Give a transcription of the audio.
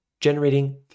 generating